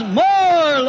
more